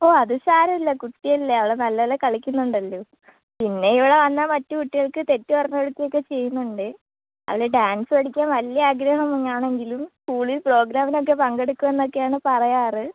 ഓ അത് സാരമില്ല കുട്ടിയല്ലേ അവൾ നല്ല പോലെ കളിക്കുന്നുണ്ടല്ലോ പിന്നെ ഇവളാന്ന മറ്റ് കുട്ടികൾക്ക് തെറ്റ് പറഞ്ഞു കൊടുക്കുകയൊക്കെ ചെയ്യുന്നുണ്ട് അവൾ ഡാൻസ്സ് പഠിയ്ക്കാൻ വല്ല്യ ആഗ്രഹം ആണെങ്കിലും സ്കൂളിൽ പ്രോഗ്രാമിനൊക്കെ പങ്കെടുക്കും എന്നൊക്കെയാണ് പറയാറ്